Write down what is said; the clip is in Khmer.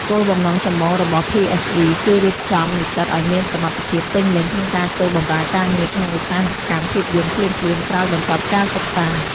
គោលបំណងចម្បងរបស់ PSE គឺរៀបចំនិស្សិតឱ្យមានសមត្ថភាពពេញលេញក្នុងការចូលបម្រើការងារក្នុងឧស្សាហកម្មភាពយន្តភ្លាមៗក្រោយបញ្ចប់ការសិក្សា។